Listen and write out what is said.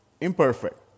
imperfect